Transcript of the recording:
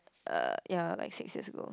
uh ya like six years ago